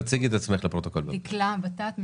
כי תע"ש היא